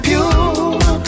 Pure